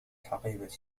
حقيبتي